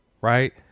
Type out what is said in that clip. right